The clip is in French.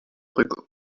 hugo